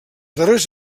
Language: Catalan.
darrers